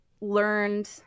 learned